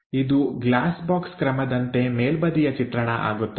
ಇದು glass box ಕ್ರಮದಂತೆ ಮೇಲ್ಬದಿಯ ಚಿತ್ರಣ ಆಗುತ್ತದೆ